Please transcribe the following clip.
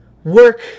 Work